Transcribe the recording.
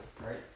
right